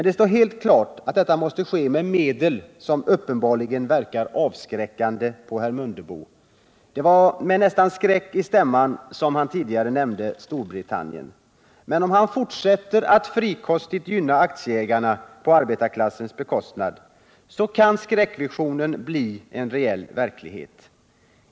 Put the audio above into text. Det står helt klart att detta måste ske med medel som uppenbarligen verkar avskräckande på herr Mundebo — det var nästan med skräck i stämman som han tidigare nämnde Storbritannien. Men om han fortsätter att frikostigt gynna aktieägarna på arbetarklassens bekostnad, så kan skräckvisionen faktiskt bli verklighet.